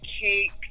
cake